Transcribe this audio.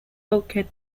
bulkhead